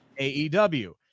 aew